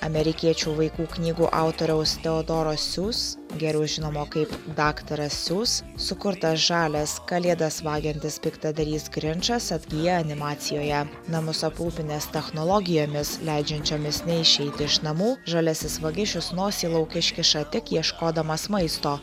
amerikiečių vaikų knygų autoriaus teodoro sius geriau žinomo kaip daktaras sius sukurtas žalias kalėdas vagiantis piktadarys grinčas atgyja animacijoje namus aprūpinęs technologijomis leidžiančiomis neišeiti iš namų žaliasis vagišius nosį lauk iškiša tik ieškodamas maisto